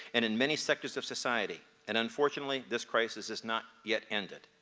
and in many sectors of society. and unfortunately, this crisis has not yet ended.